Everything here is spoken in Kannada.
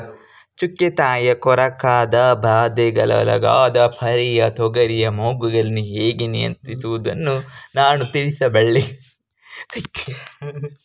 ಚುಕ್ಕೆ ಕಾಯಿ ಕೊರಕದ ಬಾಧೆಗೊಳಗಾದ ಪಗರಿಯ ತೊಗರಿಯ ಮೊಗ್ಗುಗಳನ್ನು ಹೇಗೆ ನಿಯಂತ್ರಿಸುವುದು?